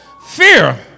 Fear